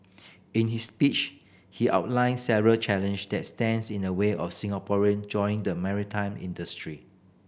in his speech he outlined several challenge that stands in the way of Singaporean joining the maritime industry